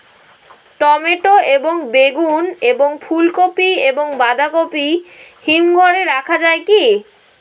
Tomato এবং বেগুন এবং ফুলকপি এবং বাঁধাকপি হিমঘরে রাখা যায় কি?